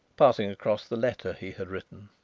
passing across the letter he had written.